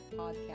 podcast